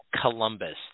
Columbus